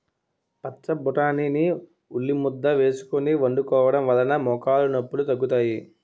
పచ్చబొటాని ని ఉల్లిముద్ద వేసుకొని వండుకోవడం వలన మోకాలు నొప్పిలు తగ్గుతాయి